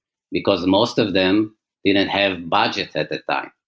because most of them didn't have budget at the time.